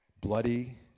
bloody